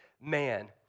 man